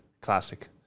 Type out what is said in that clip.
classic